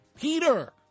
Peter